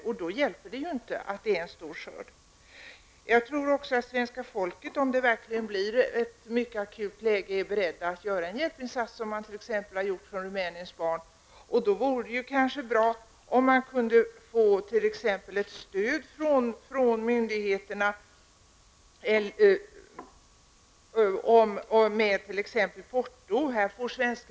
Och då hjälper det ju inte att skörden har varit stor. Jag tror också att svenska folket, om läget verkligen blir akut, är berett att göra en hjälpinsats, så som har skett t.ex. i fråga om Rumäniens barn. Det vore då bra om myndigheterna kunde ge stöd t.ex. när det gäller portot.